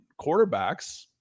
quarterbacks